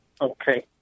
Okay